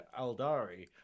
Aldari